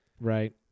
Right